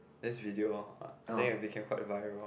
this video I think I became quite viral